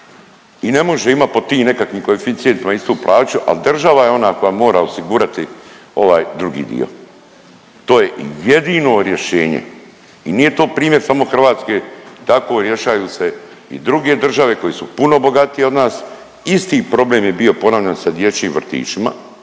i ne može imat po tim nekakvim koeficijentima istu plaću. Al država je ona koja mora osigurati ovaj drugi dio, to je jedino rješenje. I nije to primjer samo Hrvatske, tako rješaju se i druge države koje su puno bogatije od nas. Isti problem je bio ponavljam sa dječjim vrtićima,